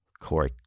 Corey